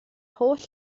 holl